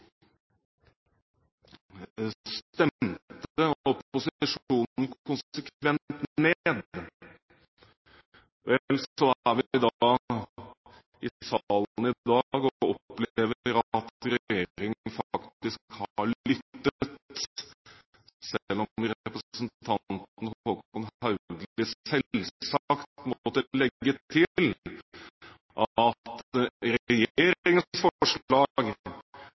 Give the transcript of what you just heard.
opposisjonen, stemte opposisjonen konsekvent ned. Vel, så er vi da i salen i dag og opplever at regjeringen faktisk har lyttet, selv om representanten Håkon Haugli selvsagt måtte legge til at